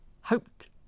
hoped